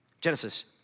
Genesis